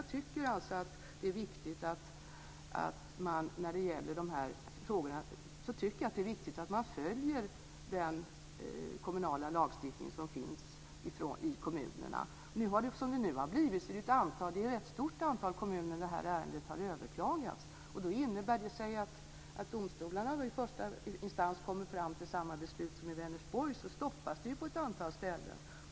Jag tycker att det är viktigt att kommunerna när det gäller de här frågorna följer den kommunala lagstiftning som finns. Det här ärendet har nu överklagats i ett rätt stort antal kommuner. Om domstolarna i första instans kommer fram till samma beslut som i Vänersborg stoppas detta på ett antal ställen.